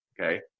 Okay